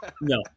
No